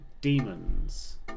Demons